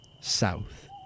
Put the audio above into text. South